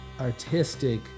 artistic